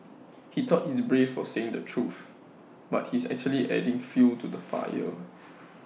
he thought he's brave for saying the truth but he's actually adding fuel to the fire